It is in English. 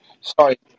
Sorry